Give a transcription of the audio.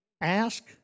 Ask